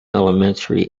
elementary